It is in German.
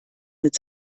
mit